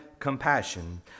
compassion